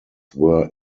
were